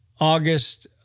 August